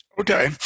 Okay